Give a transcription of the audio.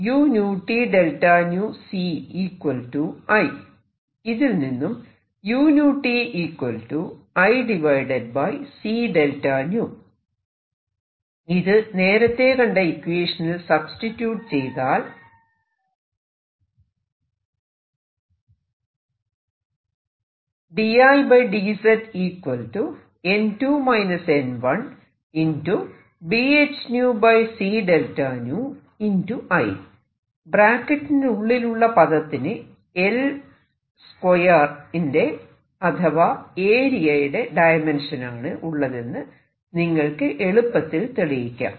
അതായത് ഇതിൽനിന്നും ഇത് നേരത്തെ കണ്ട ഇക്വേഷനിൽ സബ്സ്റ്റിട്യൂട് ചെയ്താൽ ബ്രാക്കറ്റിനുള്ളിലുള്ള പദത്തിന് L2 ന്റെ അഥവാ ഏരിയയുടെ ഡയമെൻഷൻ ആണ് ഉള്ളതെന്ന് നിങ്ങൾക്ക് എളുപ്പത്തിൽ തെളിയിക്കാം